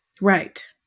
Right